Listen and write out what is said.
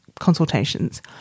consultations